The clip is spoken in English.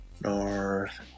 North